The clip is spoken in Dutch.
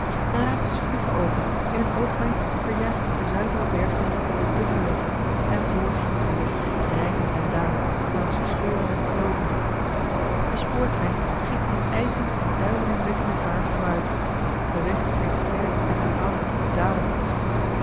de raampjes vliegen open in een oogwenk verjaagt de zuivere bergwind de duffe lucht en voort gaat het weer rijzend en dalend langs scheuren en kloven de spoortrein schiet in ijzing en duizelingwekkende vaart vooruit de weg schijnt sterk en aanhoudend te dalen